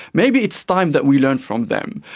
maybe it's time that we learn from them.